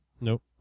nope